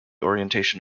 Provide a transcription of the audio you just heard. orientation